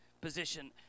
position